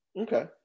okay